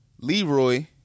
Leroy